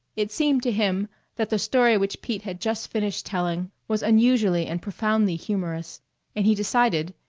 it seemed to him that the story which pete had just finished telling was unusually and profoundly humorous and he decided,